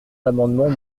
l’amendement